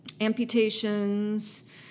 amputations